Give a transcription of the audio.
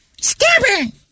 Stubborn